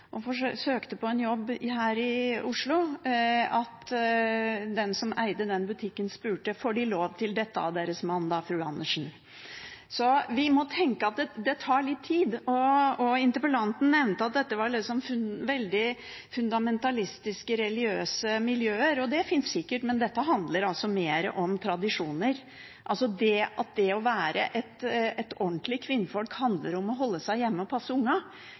mor og søkte på en jobb her i Oslo, at den som eide den butikken, spurte: Får De lov til dette av Deres mann, da, fru Andersen? Så vi må tenke at det tar litt tid. Interpellanten nevnte at dette var veldig fundamentalistiske, religiøse miljøer – og de finnes sikkert: Men dette handler altså mer om tradisjoner, det at det å være et ordentlig kvinnfolk handler om å holde seg hjemme og passe